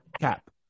cap